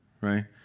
Right